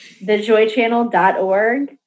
thejoychannel.org